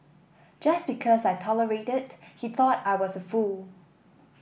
just because I tolerated he thought I was a fool